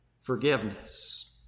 forgiveness